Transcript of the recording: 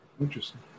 Interesting